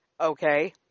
okay